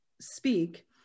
speak